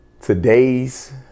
today's